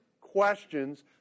questions